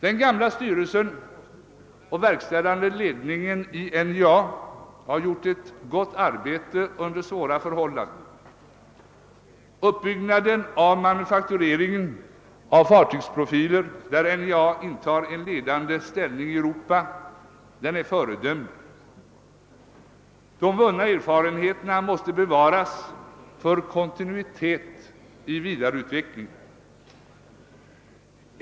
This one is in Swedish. Den gamla styrelsen och verkställande ledningen i NJA har gjort ett gott arbete under svåra förhållanden. Uppbyggnaden av manufaktureringen av fartygsprofiler där NJA intar en ledande ställning i Europa är föredömlig. De vunna erfarenheterna måste bevaras för kontinuitet i vidareutvecklingen.